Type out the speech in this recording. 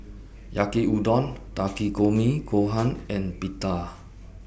Yaki Udon Takikomi Gohan and Pita